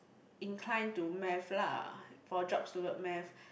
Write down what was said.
incline to math lah for jobs toward math